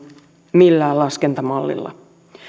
millään laskentamallilla